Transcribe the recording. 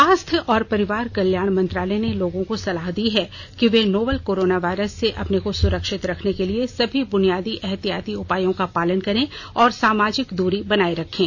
स्वास्थ्य और परिवार कल्याण मंत्रालय ने लोगों को सलाह दी है कि वे नोवल कोरोना वायरस से अपने को सुरक्षित रखने के लिए सभी बुनियादी एहतियाती उपायों का पालन करें और सामाजिक दूरी बनाए रखें